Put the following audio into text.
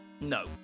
no